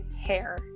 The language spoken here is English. hair